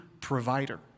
provider